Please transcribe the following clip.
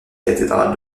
cathédrale